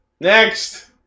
Next